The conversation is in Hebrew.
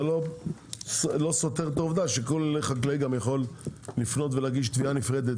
זה סותר את העובדה שכל חקלאי גם יכול לפנות ולהגיש תביעה נפרדת,